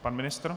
Pan ministr?